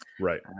Right